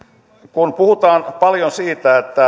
kun puhutaan paljon siitä